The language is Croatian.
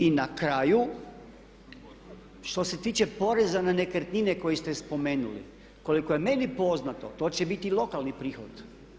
I na kraju što se tiče poreza na nekretnine koji ste spomenuli, koliko je meni poznato to će biti lokalni prihod.